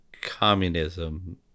communism